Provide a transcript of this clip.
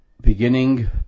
beginning